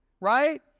Right